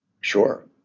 Sure